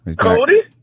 Cody